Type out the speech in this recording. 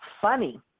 funny